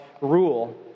rule